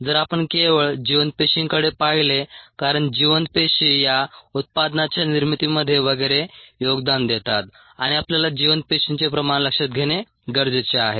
जर आपण केवळ जिवंत पेशींकडे पाहिले कारण जिवंत पेशी या उत्पादनाच्या निर्मितीमध्ये वगैरे योगदान देतात आणि आपल्याला जिवंत पेशींचे प्रमाण लक्षात घेणे गरजेचे आहे